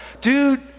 dude